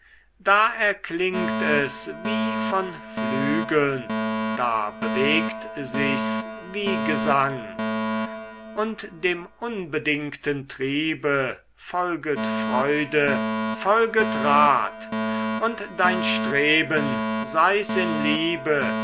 da erklingt es wie von flügeln da bewegt sich's wie gesang und dem unbedingten triebe folget freude folget rat und dein streben sei's in liebe